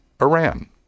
Iran